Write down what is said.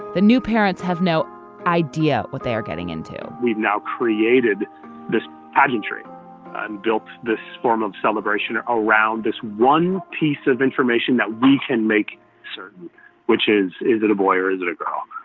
the new parents have no idea what they are getting into we've now created this pageantry and built this form of celebration around this one piece of information that we can make certain which is is it a boy or is it a girl.